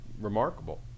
remarkable